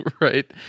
right